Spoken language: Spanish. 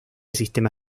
sistema